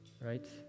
Right